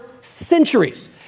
centuries